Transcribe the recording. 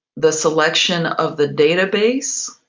the selection of the data base,